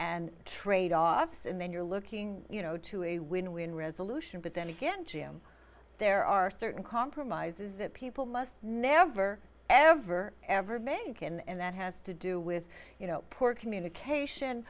and tradeoffs and then you're looking you know to a win win resolution but then again jim there are certain compromises that people must never ever ever make in and that has to do with you know poor